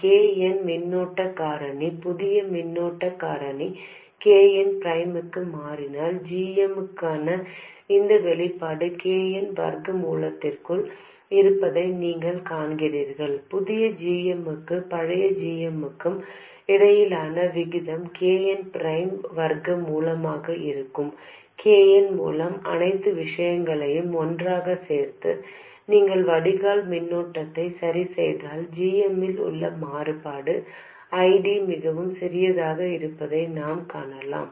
K n மின்னோட்டக் காரணி புதிய மின்னோட்டக் காரணி K n ப்ரைம்க்கு மாறினால் g m க்கான இந்த வெளிப்பாடு K n வர்க்க மூலத்திற்குள் இருப்பதை நீங்கள் காண்கிறீர்கள் புதிய g m க்கும் பழைய g m க்கும் இடையிலான விகிதம் K n ப்ரைமின் வர்க்க மூலமாக இருக்கும் K n மூலம் அனைத்து விஷயங்களையும் ஒன்றாக சேர்த்து நீங்கள் வடிகால் மின்னோட்டத்தை சரிசெய்தால் g m இல் உள்ள மாறுபாடு I D மிகவும் சிறியதாக இருப்பதை நாம் காணலாம்